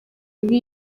bibi